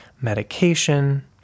medication